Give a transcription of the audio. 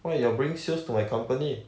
why you're bringing sales to my company